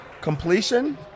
Completion